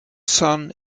son